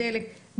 דלק,